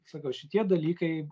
sakau šitie dalykai